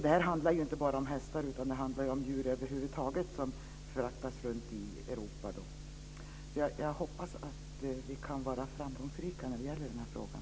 Det här handlar ju inte bara om hästar, utan det handlar om djur över huvud taget som fraktas runt i Jag hoppas att vi kan vara framgångsrika i den här frågan.